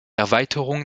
erweiterung